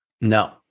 No